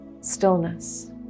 stillness